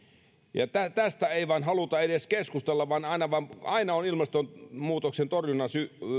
tästä ei vain haluta edes keskustella vaan aina vaan aina on ilmastonmuutoksen torjunnan